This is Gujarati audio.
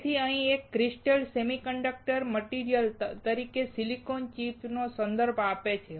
તેથી અહીં એક જ ક્રિસ્ટલ સેમિકન્ડક્ટર મટીરીયલ તરીકે સિલિકોન ચિપ નો સંદર્ભ આપે છે